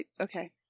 Okay